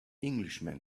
englishman